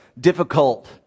difficult